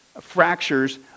fractures